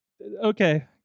Okay